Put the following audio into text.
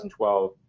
2012